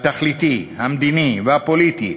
התכליתי, המדיני והפוליטי.